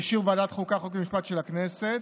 באישור ועדת החוקה, חוק ומשפט של הכנסת.